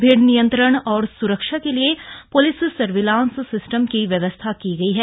भीड़ नियंत्रण और स्रक्षा के लिए प्लिस सर्विलांस सिस्टम की व्यवस्था की गयी है